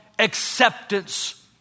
acceptance